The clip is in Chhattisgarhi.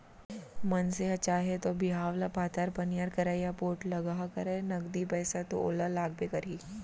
मनसे ह चाहे तौ बिहाव ल पातर पनियर करय या पोठलगहा करय नगदी पइसा तो ओला लागबे करही